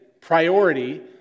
priority